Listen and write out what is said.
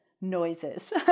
noises